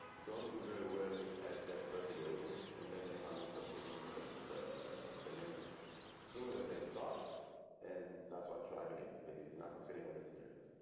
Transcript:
don't do very well at the first iteration and then they found himself hitting the the the limits sooner than they thought then that's what driving it misses not considering all the scenarios.